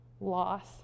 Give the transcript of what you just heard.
loss